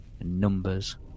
numbers